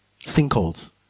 Sinkholes